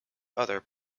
other